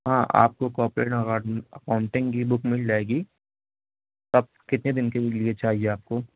ہاں آپ کو کاپریٹ اکاؤنٹنگ کی بک مل جائے گی کب کتنے دن کے لیے چاہیے آپ کو